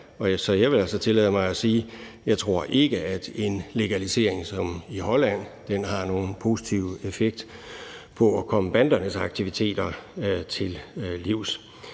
jeg vil altså tillade mig at sige, at jeg ikke tror, at en legalisering som i Holland har nogen positiv effekt på at komme bandernes aktiviteter til livs.